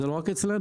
ולא רק אצלנו.